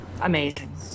Amazing